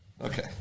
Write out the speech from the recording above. Okay